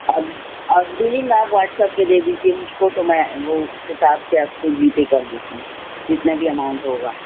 اور اور بلنگ آپ واٹس ایپ پہ دے دیجیے مجھ کو تو میں وہ اس حساب سے آپ کو جی پے کر دیتی ہوں جتنا بھی اماؤنٹ ہوگا